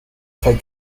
fake